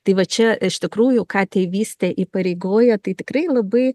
tai va čia iš tikrųjų ką tėvystė įpareigoja tai tikrai labai